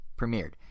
Premiered